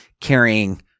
carrying